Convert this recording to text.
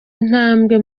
intambwe